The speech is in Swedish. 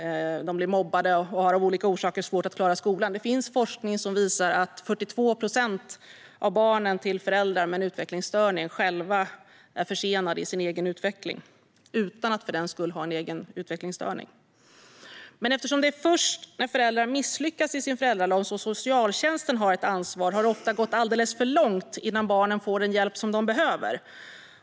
De blir mobbade och har av olika orsaker svårt att klara skolan. Det finns forskning som visar att 42 procent av barnen till föräldrar med utvecklingsstörning själva är försenade i sin egen utveckling utan att för den skull ha någon egen utvecklingsstörning. Eftersom det är först när föräldrar misslyckas i sin föräldraroll som socialtjänsten har ett ansvar har det dock ofta gått alldeles för långt innan barnen får den hjälp de behöver.